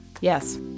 Yes